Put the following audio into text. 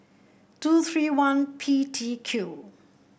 two three one P T Q